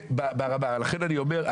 לכן אני אומר,